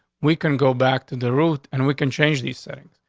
we can go back to the root and we can change these settings.